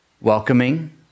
Welcoming